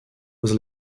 was